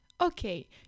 Okay